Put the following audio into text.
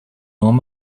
norm